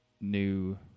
new